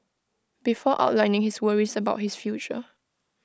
before outlining his worries about his future